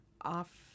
off